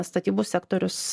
statybų sektorius